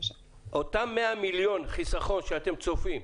אותם 100 מיליון חיסכון שאתם צופים,